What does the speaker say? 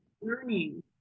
learning